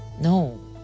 No